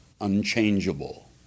unchangeable